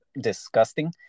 disgusting